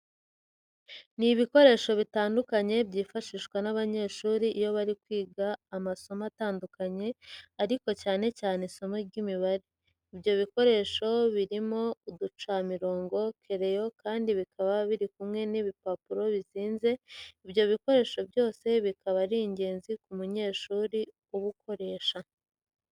Ni ibikoresho bitandukanye byifashishwa n'abanyeshuri iyo bari kwiga amasomo atandukanye ariko cyane cyane isimo ry'Imibare. ibyo bikoresho birimo uducamirongo, kereyo, kandi bikaba biri kumwe n'ibipapuro bizinze. Ibyo bikoresho byose bikaba ari ingenzi ku munyeshuri ubukoresha.